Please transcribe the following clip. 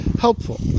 helpful